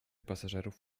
pasażerów